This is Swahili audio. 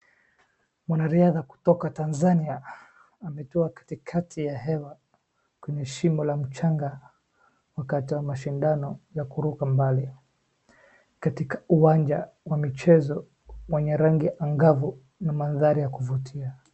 Mwanariadha kutoka Tanzania ametua katikati ya hewa kwenye shimo la mchanga wakati wa mashindano ya kuruka mbali katika uwanja wa michezo wenye rangi angavu na mandhari ya kuvutia.